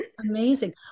Amazing